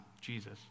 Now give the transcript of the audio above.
Jesus